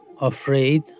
afraid